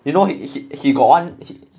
you know he he he got one hit